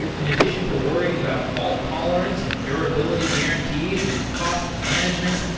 in addition to worrying about fault tolerance and durability guarantees and cost management,